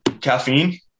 caffeine